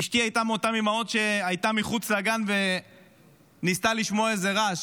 אשתי הייתה מאותן אימהות שהיו מחוץ לגן וניסתה לשמוע איזה רעש.